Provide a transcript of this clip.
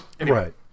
Right